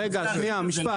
שנייה, משפט.